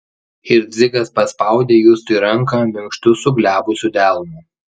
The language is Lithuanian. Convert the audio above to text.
ir dzigas paspaudė justui ranką minkštu suglebusiu delnu